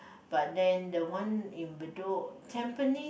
but then the one in Bedok Tampines